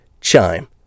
Chime